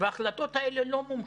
וההחלטות האלה לא מומשו.